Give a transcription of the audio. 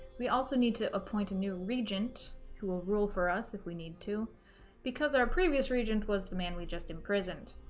we also need to appoint a new regent who will rule for us if we need to because our previous regent was the man we just imprisoned